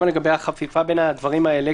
גם לגבי החפיפה בין הדברים האלה,